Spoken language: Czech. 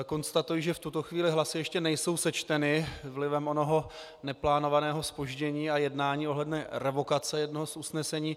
Konstatuji, že v tuto chvíli hlasy ještě nejsou sečteny vlivem onoho neplánovaného zpoždění a jednání ohledně revokace jednoho z usnesení.